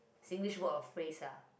Singlish word or phrase ah